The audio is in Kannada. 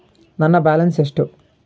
ನನ್ನ ಬ್ಯಾಲೆನ್ಸ್ ಎಷ್ಟು?